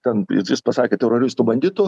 ten jis pasakė teroristų banditų